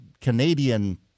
Canadian